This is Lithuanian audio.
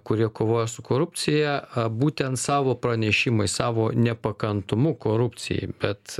kurie kovoja su korupcija a būtent savo pranešimais savo nepakantumu korupcijai bet